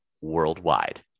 worldwide